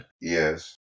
yes